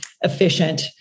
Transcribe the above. efficient